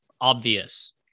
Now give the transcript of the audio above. obvious